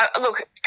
Look